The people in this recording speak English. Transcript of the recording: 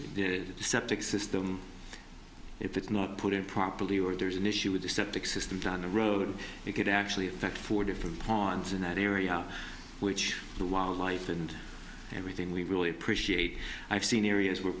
the septic system if it's not put in properly or there's an issue with the septic system down the road it could actually affect four different points in that area which the wildlife and everything we really appreciate i've seen areas where